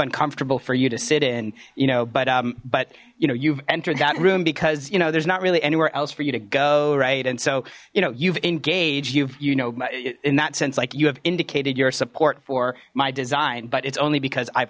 uncomfortable for you to sit in you know but um but you know you've entered that room because you know there's not really anywhere else for you to go right and so you know you've engaged you've you know in that sense like you have indicated your support for my design but it's only because i've